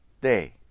day